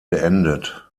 beendet